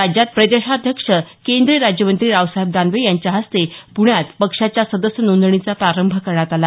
राज्यात प्रदेशाध्यक्ष केंद्रीय राज्यमंत्री रावसाहेब दानवे यांच्या हस्ते पुण्यात पक्षाच्या सदस्य नोंदणीचा प्रारंभ करण्यात आला